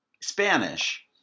Spanish